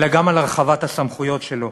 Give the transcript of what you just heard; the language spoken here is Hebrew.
אלא גם על הרחבת הסמכויות שלו.